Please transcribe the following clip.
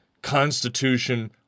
constitution